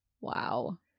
Wow